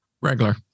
Regular